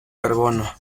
carbono